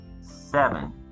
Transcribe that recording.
Seven